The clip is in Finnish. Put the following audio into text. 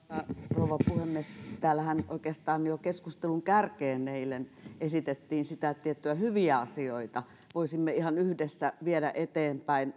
rouva puhemies täällähän oikeastaan jo keskustelun kärkeen eilen esitettiin että tiettyjä hyviä asioita voisimme ihan yhdessä viedä eteenpäin